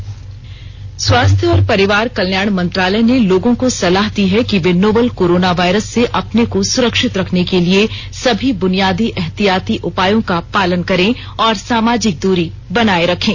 स्वास्थ्य परामर्श स्वास्थ्य और परिवार कल्याण मंत्रालय ने लोगों को सलाह दी है कि वे नोवल कोरोना वायरस से अपने को सुरक्षित रखने के लिए सभी बुनियादी एहतियाती उपायों का पालन करें और सामाजिक दूरी बनाए रखें